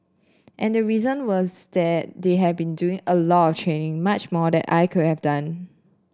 and the reason was that they had been doing a lot training much more than I could have done